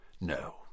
No